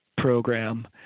program